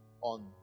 on